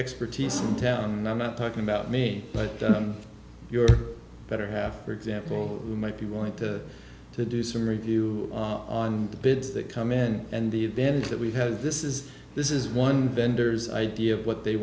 expertise in town and i'm not talking about me but your better half for example we might be willing to to do some review on the bids that come in and the advantage that we have this is this is one vendors idea of what they